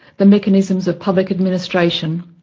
the mechanisms of public administration,